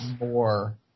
more